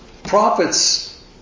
Prophets